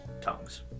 tongues